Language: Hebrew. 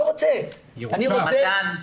אני לא רוצה, אני רוצה --- מתן,